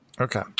Okay